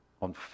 on